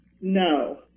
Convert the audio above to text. No